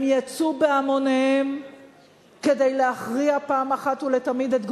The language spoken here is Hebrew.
הם יצאו בהמוניהם כדי להכריע פעם אחת ולתמיד את גורלם,